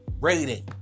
rating